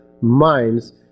minds